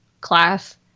class